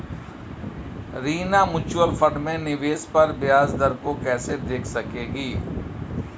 Reena mutual fund में निवेश पर ब्याज दर को कैसे देख सकेगी?